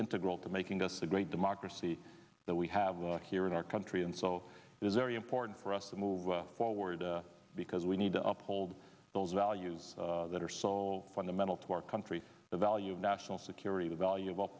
integral to making us the great democracy that we have here in our country and so it is very important for us to move forward because we need to uphold those values that are so fundamental to our country the value of national security the value of